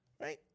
Right